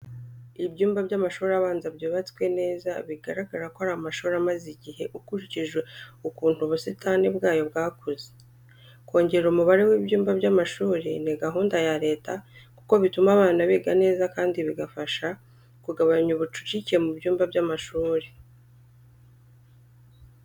Ibyumba by'amashuri abanza byubatswe neza, bigaragara ko ari amashuri amaze igihe ukurikije ukuntu ubusitani bwayo bwakuze. Kongera umubare w'ibyumba by'amashuri ni gahunda ya Leta kuko bituma abana biga neza kandi bigafasha kugabanya ubucucike mu byumba by’amashuri.